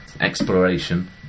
Exploration